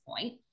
point